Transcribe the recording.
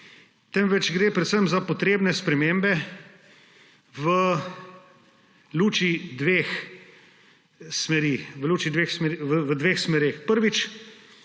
temveč gre predvsem za potrebne spremembe v dveh smereh. Prvič.